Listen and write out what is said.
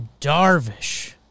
Darvish